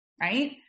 right